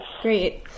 Great